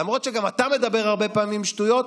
למרות שגם אתה מדבר הרבה פעמים שטויות,